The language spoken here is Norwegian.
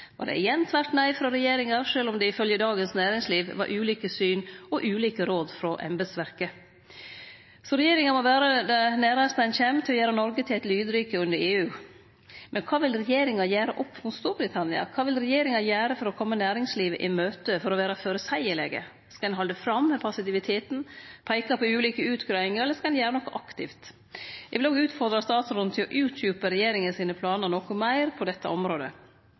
var det igjen tvert nei frå regjeringa, sjølv om det ifølgje Dagens Næringsliv var ulike syn og ulike råd frå embetsverket. Så regjeringa må vere det næraste ein kjem til å gjere Noreg til eit lydrike under EU. Men kva vil regjeringa gjere opp mot Storbritannia? Kva vil regjeringa gjere for å kome næringslivet i møte, for å vere føreseielege? Skal ein halde fram med passiviteten og peike på ulike utgreiingar, eller skal ein gjere noko aktivt? Eg vil utfordre statsråden til å utdjupe regjeringa sine planar noko meir på dette området.